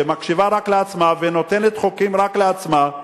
שמקשיבה רק לעצמה ונותנת חוקים רק לעצמה,